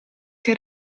che